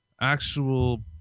actual